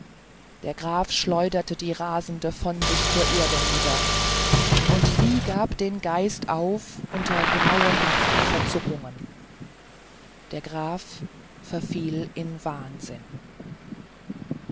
der graf schleuderte die rasende von sich zur erde nieder und sie gab den geist auf unter grauenhaften verzuckungen der graf verfiel in wahnsinn